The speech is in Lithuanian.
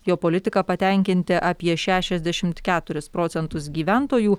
jo politiką patenkinti apie šešiasdešimt keturis procentus gyventojų